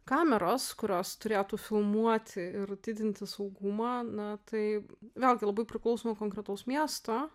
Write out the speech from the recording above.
kameros kurios turėtų filmuoti ir didinti saugumą na tai vėlgi labai priklauso nuo konkretaus miesto